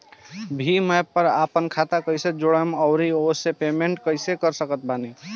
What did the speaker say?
Bhim app पर आपन खाता के कईसे जोड़म आउर ओसे पेमेंट कईसे कर सकत बानी?